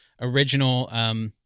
original